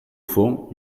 fond